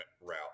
route